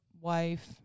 wife